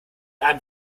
einem